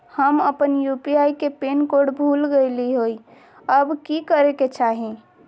हम अपन यू.पी.आई के पिन कोड भूल गेलिये हई, अब की करे के चाही?